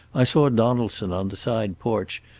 i saw donaldson on the side porch,